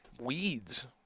weeds